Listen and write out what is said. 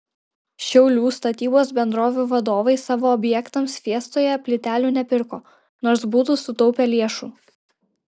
šiaulių statybos bendrovių vadovai savo objektams fiestoje plytelių nepirko nors būtų sutaupę lėšų